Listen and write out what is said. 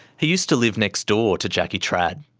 he used to live next door to jackie trad.